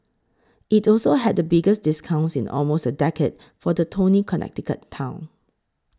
it also had the biggest discounts in almost a decade for the Tony Connecticut town